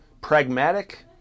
pragmatic